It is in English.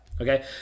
Okay